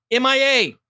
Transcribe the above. MIA